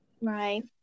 Right